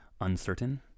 uncertain